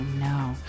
no